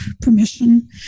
permission